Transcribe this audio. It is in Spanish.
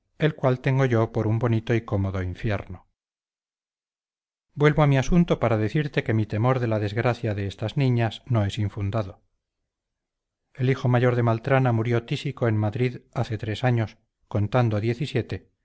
el cual tengo yo por un bonito y cómodo infierno vuelvo a mi asunto para decirte que mi temor de la desgracia de estas niñas no es infundado el hijo mayor de maltrana murió tísico en madrid hace tres años contando